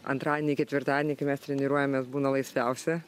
antradienį ketvirtadienį kai mes treniruojamės būna laisviausia